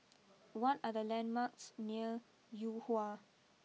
what are the landmarks near Yuhua